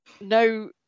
no